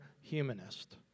humanist